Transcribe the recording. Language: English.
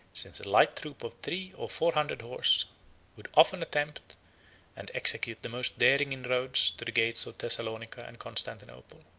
since a light troop of three or four hundred horse would often attempt and execute the most daring inroads to the gates of thessalonica and constantinople.